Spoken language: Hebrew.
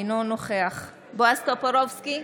אינו נוכח בועז טופורובסקי,